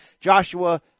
Joshua